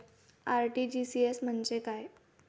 RTGS म्हणजे काय?